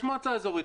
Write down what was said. יש מועצה אזורית.